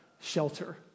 shelter